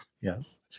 Yes